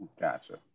Gotcha